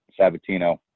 Sabatino